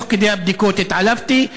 תוך כדי הבדיקות התעלפתי.